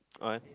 oh